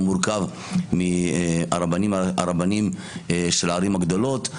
הוא מורכב מהרבנים של הערים הגדולות,